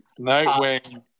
Nightwing